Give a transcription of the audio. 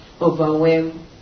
overwhelm